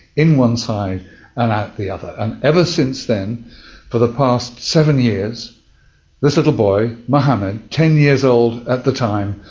in one side and the other. and ever since then for the past seven years this little boy, mohammed, ten years old at the time,